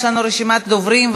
יש לנו רשימת דוברים,